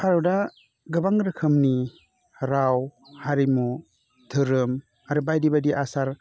भारता गोबां रोखोमनि राव हारिमु दोहोरोम आरो बायदि बायदि आसार